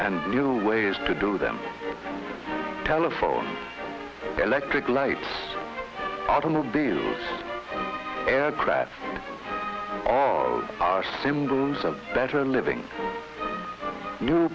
and new ways to do them telephones electric lights automobiles aircraft are symbols of better living new